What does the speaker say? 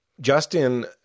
Justin